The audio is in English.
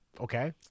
Okay